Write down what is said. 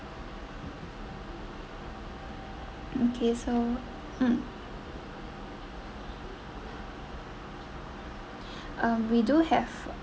okay so mm um we do have